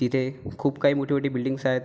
तिथे खूप काही मोठी मोठी बिल्डिंग्स आहेत